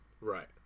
Right